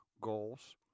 goals